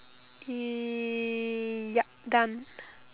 yup done